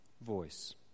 voice